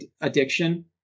addiction